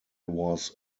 was